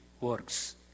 works